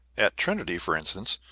at trinity, for instance,